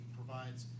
provides